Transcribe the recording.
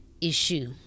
issue